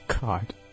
God